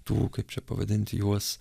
tų kaip čia pavadinti juos